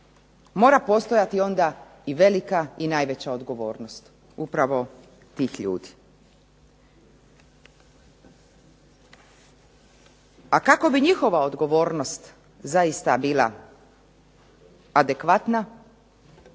Mora postojati onda i velika i najveća odgovornost upravo tih ljudi. A kako bi njihova odgovornost zaista bila adekvatna